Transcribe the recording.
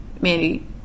Mandy